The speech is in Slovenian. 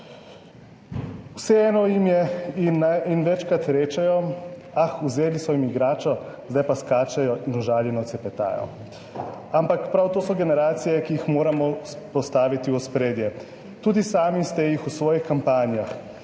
Vseeno jim je in večkrat rečejo, ah, vzeli so jim igračo, zdaj pa skačejo in užaljeno cepetajo. Ampak prav to so generacije, ki jih moramo postaviti v ospredje, tudi sami ste jih v svojih kampanjah,